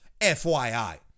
FYI